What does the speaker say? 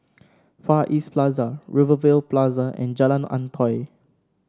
Far East Plaza Rivervale Plaza and Jalan Antoi